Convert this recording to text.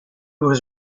was